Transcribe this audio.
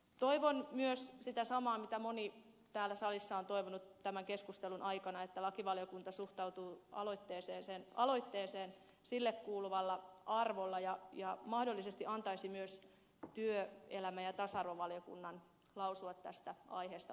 toivon myös sitä samaa mitä moni täällä salissa on toivonut tämän keskustelun aikana että lakivaliokunta suhtautuu aloitteeseen sille kuuluvalla arvolla ja mahdollisesti antaisi myös työelämä ja tasa arvovaliokunnan lausua tästä aiheesta oman kantansa